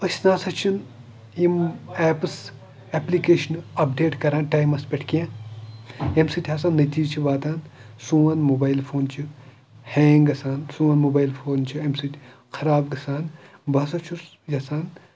أسۍ نَسا چھِنہٕ یِم ایپٕس اٮ۪پلِکیشن اَپڈیٹ کَران ٹایمَس پٮ۪ٹھ کیٚنٛہہ ییٚمہِ سۭتۍ ہَسا نٔتیٖج چھِ واتان سون موبایل فون چھِ ہینٛگ گژھان سون موبایِل فون چھِ اَمہِ سۭتۍ خراب گژھان بہٕ ہَسا چھُس یَژھان